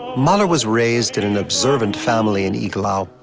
mahler was raised in an observant family in iglau,